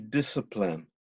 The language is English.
discipline